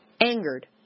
angered